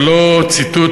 זה לא ציטוט,